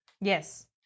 yes